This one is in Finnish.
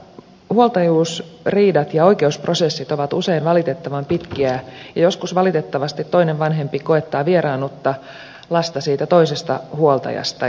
nämä huoltajuusriidat ja oikeusprosessit ovat usein valitettavan pitkiä ja joskus valitettavasti toinen vanhempi koettaa vieraannuttaa lasta siitä toisesta huoltajasta